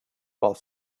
while